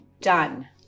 done